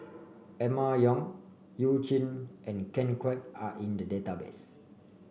Emma Yong You Jin and Ken Kwek are in the database